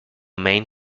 main